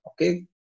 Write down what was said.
Okay